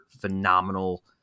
phenomenal